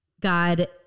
God